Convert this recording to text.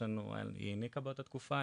היא הניקה באותה תקופה,